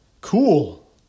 Cool